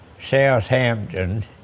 Southampton